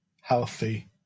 healthy